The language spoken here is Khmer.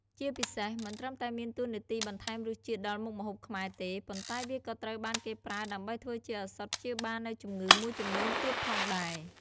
ជាពិសេស មិនត្រឹមតែមានតួនាទីបន្ថែមរសជាតិដល់មុខម្ហូបខ្មែរទេ ប៉ុន្តែវាក៏ត្រូវបានគេប្រើដើម្បីធ្វើជាឱសថព្យាបាលនូវជំងឺមួយចំនួនទៀតផងដែរ។